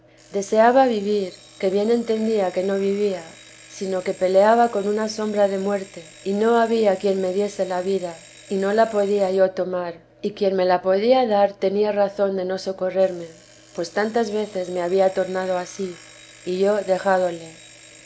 deseaba vivir que bien entendía que no vivía sino que peleaba con una sombra de muerte y no había quien til vi ha de t a santa madre me diese vida y no la podía yo tomar y quien me la podía dar tenía razón de no socorrerme pues tantas veces me había tornado a sí y yo dejádole